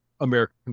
American